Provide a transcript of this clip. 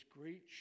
great